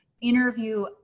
interview